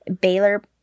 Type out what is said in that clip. Baylor